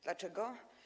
Dlaczego?